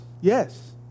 Yes